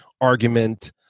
argument